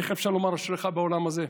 איך אפשר לומר "אשריך בעולם הזה"?